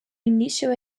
initial